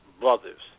brothers